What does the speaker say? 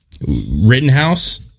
Rittenhouse